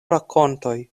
rakontoj